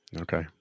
Okay